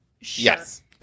Yes